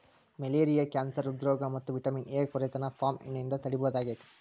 malaria cancer ಹ್ರೃದ್ರೋಗ ಮತ್ತ vitamin A ಕೊರತೆನ ಪಾಮ್ ಎಣ್ಣೆಯಿಂದ ತಡೇಬಹುದಾಗೇತಿ